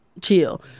chill